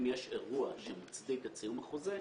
כי אם יש אירוע שמצדיק את סיום החוזה,